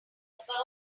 above